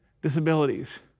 disabilities